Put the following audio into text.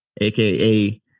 aka